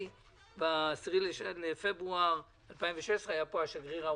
וב-10 בפברואר 2016 היה כאן השגריר ההולנדי.